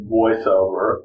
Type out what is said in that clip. voiceover